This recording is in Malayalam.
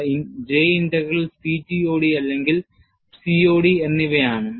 അവ J ഇന്റഗ്രൽ CTOD അല്ലെങ്കിൽ COD എന്നിവയാണ്